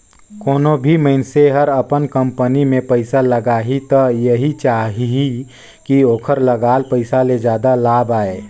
कोनों भी मइनसे हर अपन कंपनी में पइसा लगाही त एहि चाहही कि ओखर लगाल पइसा ले जादा लाभ आये